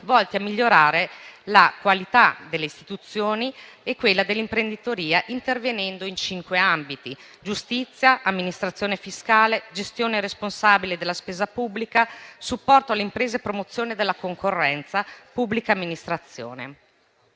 volti a migliorare la qualità delle istituzioni e dell'imprenditoria, intervenendo in cinque ambiti: giustizia; amministrazione fiscale; gestione responsabile della spesa pubblica; supporto alle imprese e promozione della concorrenza; pubblica amministrazione.